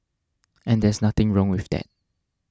and there's nothing wrong with that